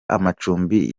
amacumbi